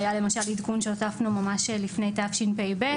היה למשל עדכון שהוספנו ממש לפני תשפ"ב.